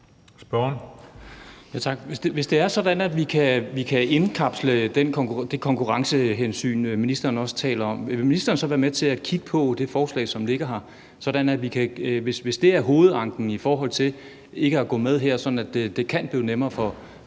Hvis det er sådan, at vi kan indkapsle det konkurrencehensyn, ministeren også taler om, vil ministeren så være med til at kigge på det forslag, som ligger her? For hvis det er hovedanken i forhold til at gå med her, så det kan blive nemmere for